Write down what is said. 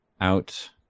Out